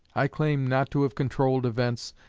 i claim not to have controlled events